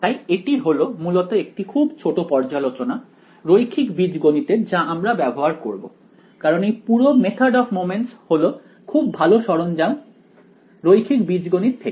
তাই এটি হলো মূলত একটি খুব ছোট পর্যালোচনা রৈখিক বীজগণিতের যা আমরা ব্যবহার করব কারণ এই পুরো মেথদ অফ মমেন্টস হল খুব খুব ভালো সরঞ্জাম রৈখিক বীজগণিত থেকে